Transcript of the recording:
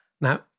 Now